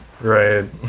Right